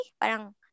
Parang